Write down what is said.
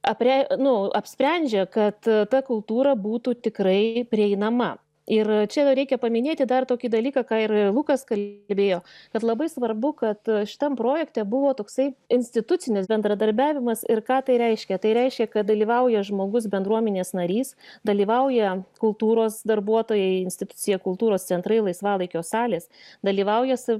apre nu apsprendžia kad ta kultūra būtų tikrai prieinama ir čia reikia paminėti dar tokį dalyką ką ir lukas kal bėjo kad labai svarbu kad šitam projekte buvo toksai institucinis bendradarbiavimas ir ką tai reiškia tai reiškia kad dalyvauja žmogus bendruomenės narys dalyvauja kultūros darbuotojai institucija kultūros centrai laisvalaikio salės dalyvauja sav